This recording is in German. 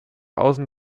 außen